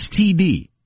STD